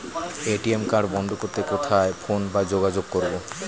ATM card বন্ধ করতে কোথায় ফোন বা যোগাযোগ করব?